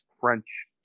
French